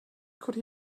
could